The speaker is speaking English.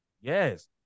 yes